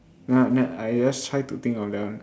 no no I just tried to think of that one